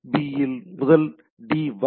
B முதல் D வரை